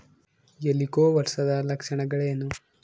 ಹೆಲಿಕೋವರ್ಪದ ಲಕ್ಷಣಗಳೇನು?